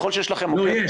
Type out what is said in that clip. לא, יש.